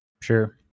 Sure